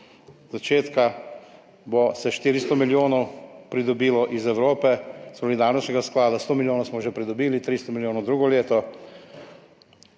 Od začetka bo se 400 milijonov pridobilo iz Evrope, se pravi iz Solidarnostnega sklada, 100 milijonov smo že pridobili, 300 milijonov drugo leto,